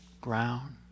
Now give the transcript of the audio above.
ground